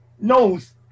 knows